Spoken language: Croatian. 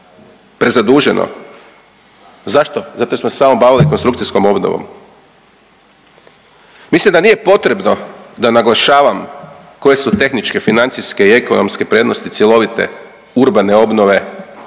prezaduženo? Zašto? Zato jer smo se samo bavili konstrukcijskom obnovom. Mislim da nije potrebno da naglašavam koje su tehničke i financijske i ekonomske prednosti cjelovite urbane obnove